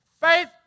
Faith